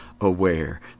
aware